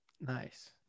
Nice